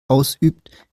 ausübt